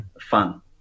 fun